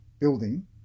building